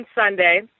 Sunday